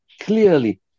clearly